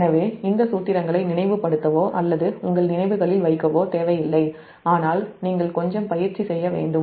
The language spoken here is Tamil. எனவே இந்த சூத்திரங்களை நினைவுபடுத்தவோ அல்லது உங்கள் நினைவுகளில் வைக்கவோ தேவையில்லை ஆனால் நீங்கள் கொஞ்சம் பயிற்சி செய்ய வேண்டும்